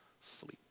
sleep